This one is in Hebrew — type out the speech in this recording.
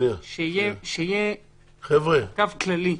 שיהיה קו כללי,